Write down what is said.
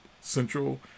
Central